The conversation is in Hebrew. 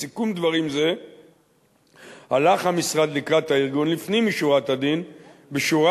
בסיכום דברים זה הלך המשרד לקראת הארגון לפנים משורת הדין בשורה